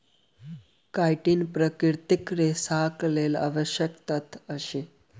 chitin प्राकृतिक रेशाक लेल आवश्यक तत्व अछि